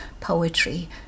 poetry